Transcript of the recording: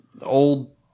old